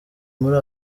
muri